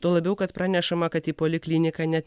tuo labiau kad pranešama kad į polikliniką net